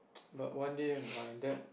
but one day when my dad